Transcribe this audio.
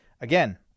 again